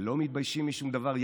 שלא מתביישים משום דבר?